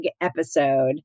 episode